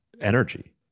energy